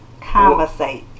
Conversate